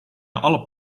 alle